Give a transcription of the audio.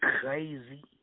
crazy